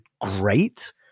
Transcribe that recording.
great